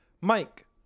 Mike